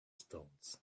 stones